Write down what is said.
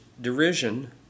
derision